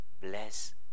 bless